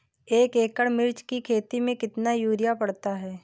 एक एकड़ मिर्च की खेती में कितना यूरिया पड़ता है?